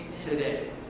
today